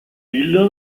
villa